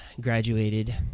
graduated